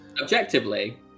objectively